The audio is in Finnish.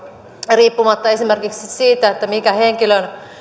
riippumatta esimerkiksi siitä mikä henkilön